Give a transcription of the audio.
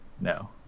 No